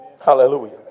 Hallelujah